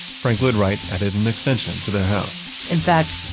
frank lloyd wright added an extension to their house in fact,